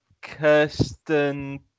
Kirsten